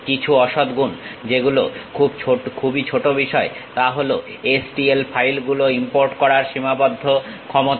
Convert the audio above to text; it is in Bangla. কিছু অসদগুণ যেগুলো খুবই ছোট বিষয় তা হলো STL ফাইল গুলো ইমপোর্ট করার সীমাবদ্ধ ক্ষমতা